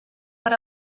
per